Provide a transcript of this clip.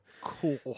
Cool